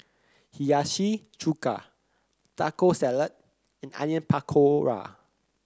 Hiyashi Chuka Taco Salad and Onion Pakora